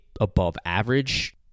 above-average